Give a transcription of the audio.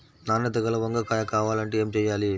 నాణ్యత గల వంగ కాయ కావాలంటే ఏమి చెయ్యాలి?